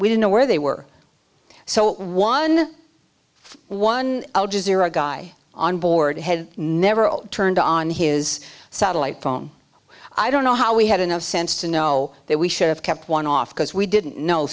didn't know where they were so one one al jazeera guy on board had never all turned on his satellite phone i don't know how we had enough sense to know that we should have kept one off because we didn't know